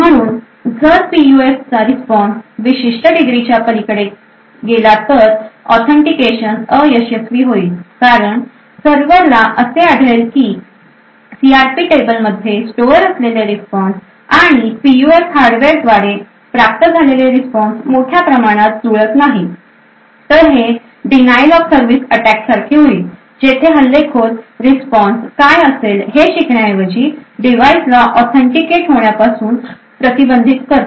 म्हणून जर पीयूएफचा रिस्पॉन्स विशिष्ट डिग्रीच्या पलीकडे बदलला गेला तर ऑथेंटिकेशन अयशस्वी होईल कारण सर्व्हरला असे आढळेल की सीआरपी टेबलमध्ये स्टोअर असलेले रिस्पॉन्स आणि पीयूएफ हार्डवेअरद्वारे प्राप्त झालेले रिस्पॉन्स मोठ्या प्रमाणात जुळत नाही तर हे डीनायल ऑफ सर्विस अटॅक सारखे होईल जेथे हल्लेखोर रिस्पॉन्स काय असेल हे शिकण्याऐवजी डिव्हाइसला ऑथेंटिकेट होण्यापासून प्रतिबंधित करते